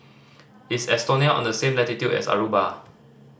is Estonia on the same latitude as Aruba